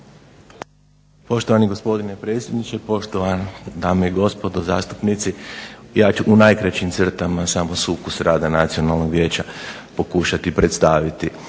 Poštovani gospodine predsjedniče, poštovane dame i gospodo zastupnici. Ja ću u najkraćim crtama samo sukus rada Nacionalnog vijeća pokušati predstaviti.